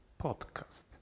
Podcast